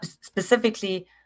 specifically